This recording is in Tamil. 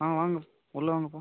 ஆ வாங்க உள்ளே வாங்கப்பா